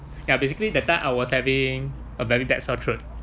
ya basically that time I was having a very bad sore throat